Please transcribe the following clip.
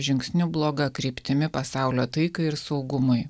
žingsniu bloga kryptimi pasaulio taikai ir saugumui